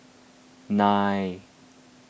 nine